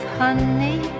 honey